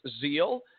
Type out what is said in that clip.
zeal